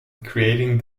creating